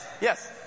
Yes